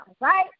right